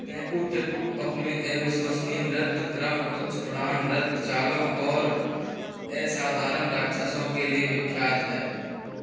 तेंकुतिट्टु अपने अविश्वसनीय नृत्य क्रम उच्च उड़ान नृत्य चालों और असाधारण राक्षसों के लिए विख्यात है